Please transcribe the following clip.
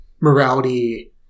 morality